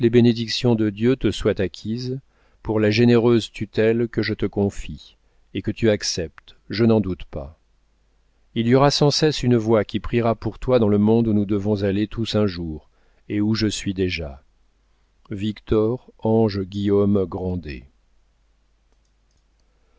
bénédictions de dieu te soient acquises pour la généreuse tutelle que je te confie et que tu acceptes je n'en doute pas il y aura sans cesse une voix qui priera pour toi dans le monde où nous devons aller tous un jour et où je suis déjà victor ange guillaume grandet